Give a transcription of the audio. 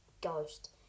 ghost